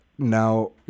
Now